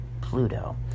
Pluto